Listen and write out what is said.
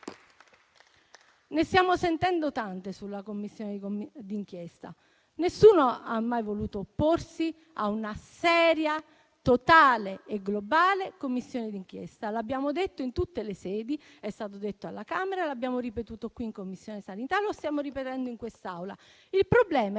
Ne stiamo sentendo tante sulla Commissione d'inchiesta. Nessuno ha mai voluto opporsi a una seria, totale e globale Commissione d'inchiesta. L'abbiamo detto in tutte le sedi. È stato detto alla Camera, l'abbiamo ripetuto qui in Commissione sanità e lo stiamo ripetendo in quest'Aula. Il problema è